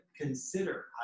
consider